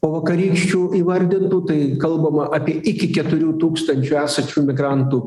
po vakarykščių įvardintų tai kalbama apie iki keturių tūkstančių esančių migrantų